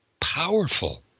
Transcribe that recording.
powerful